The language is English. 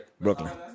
Brooklyn